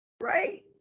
Right